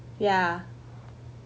ya